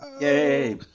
yay